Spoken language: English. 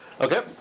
Okay